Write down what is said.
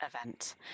event